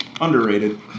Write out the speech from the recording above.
underrated